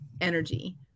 energy